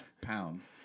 pounds